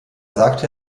sagte